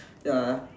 ya